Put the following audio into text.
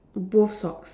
both socks